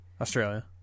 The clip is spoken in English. Australia